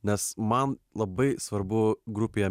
nes man labai svarbu grupėje